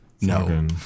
No